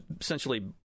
essentially